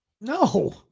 No